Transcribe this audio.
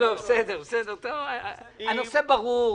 הנושא ברור.